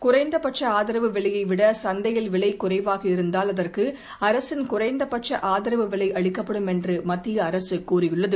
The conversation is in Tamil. குறைந்த பட்ச ஆதரவு விலையை விட சந்தையில் விலை குறைவாக இருந்தால் அதற்கு அரகின் குறைந்த பட்ச ஆதரவு விலை அளிக்கப்படும் என்று மத்திய அரசு தெரிவித்துள்ளது